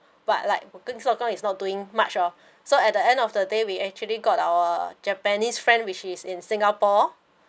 but like booking dot com is not doing much oh so at the end of the day we actually got our japanese friend which is in singapore